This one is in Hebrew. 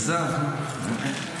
שאלה טובה, לא?